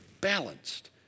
balanced